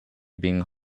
being